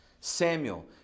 Samuel